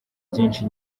byinshi